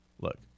look